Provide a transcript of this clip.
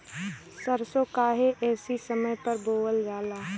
सरसो काहे एही समय बोवल जाला?